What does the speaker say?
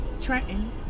Trenton